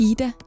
Ida